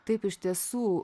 taip iš tiesų